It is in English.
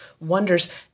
wonders